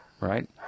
right